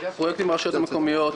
פרויקטים ברשויות המקומיות,